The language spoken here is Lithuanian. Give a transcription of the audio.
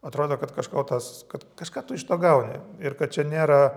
atrodo kad kažko tas kad kažką iš to gauni ir kad čia nėra